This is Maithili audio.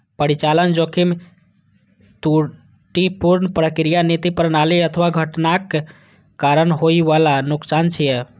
परिचालन जोखिम त्रुटिपूर्ण प्रक्रिया, नीति, प्रणाली अथवा घटनाक कारण होइ बला नुकसान छियै